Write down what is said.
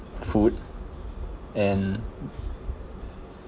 food and